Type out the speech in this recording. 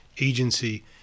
agency